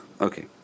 Okay